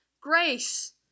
grace